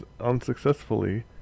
unsuccessfully